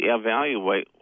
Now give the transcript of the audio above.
evaluate